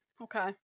Okay